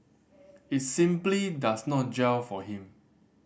it simply does not gel for him